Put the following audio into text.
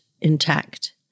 intact